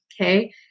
Okay